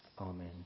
Amen